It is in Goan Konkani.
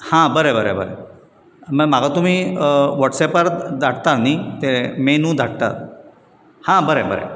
हां बरें बरें बरें म्हाका तुमी वॉट्स्पार धाडटा न्ही ते मेनू धाडटा हा बरें बरें